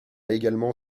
également